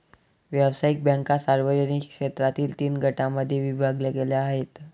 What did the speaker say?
व्यावसायिक बँका सार्वजनिक क्षेत्रातील तीन गटांमध्ये विभागल्या गेल्या आहेत